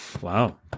Wow